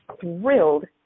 thrilled